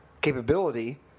capability